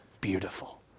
beautiful